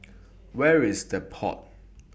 Where IS The Pod